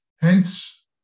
hence